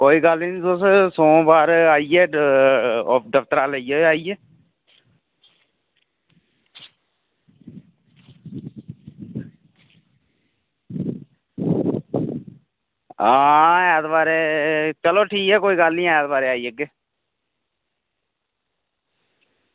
कोई गल्ल निं तुस सोमवार आइयै दफ्तरा लेई जाओ आइयै आं ऐतवारें चलो ठीक ऐ कोई निं ऐतवारें आई जाह्गे